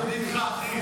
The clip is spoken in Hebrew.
התשפ"ג 2023,